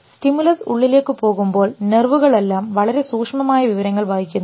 stimulus ഉള്ളിലേക്ക് പോകുമ്പോൾ നേർവുകളെല്ലാം വളരെ സൂക്ഷ്മമായ വിവരങ്ങൾ വഹിക്കുന്നു